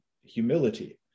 humility